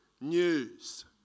news